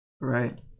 Right